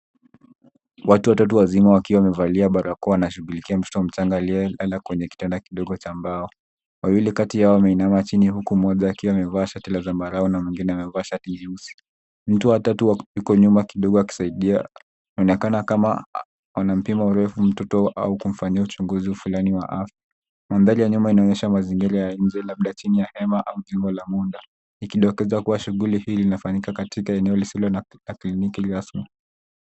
Watu watatu wazima wakiwa wamevalia barakoa wanashughulikia mtoto mchanga aiyelala kwenye kitanda kidogo cha mbao. Wawili kati yao wameinama chini huku mmoja wao amevaa shati la zambarau na mwengine amevaa shati nyeusi. Mtu wa tatu yuko nyuma kidigo akisaidia. Inaonekana kama anampim mtoto urefu au kumfanyia uchunguzi wa afya. Mandhari ya nyuma inaonyesha mazingira ya nje labda chini ya hema au jua la munda, ikidokezwa kuwa shughuli hii inafanyika katikaeneo lisilo na kliniki rasmi.